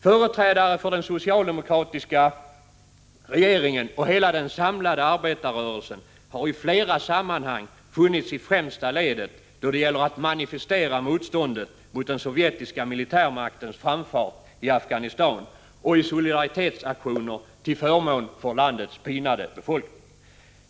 Företrädare för den socialdemokratiska regeringen och hela den samlade arbetarrörelsen har i flera sammanhang funnits i främsta ledet då det gällt att manifestera motståndet mot den sovjetiska militärmaktens framfart i Afghanistan. Vi har också deltagit i solidaritetsaktioner till förmån för landets pinade befolkning.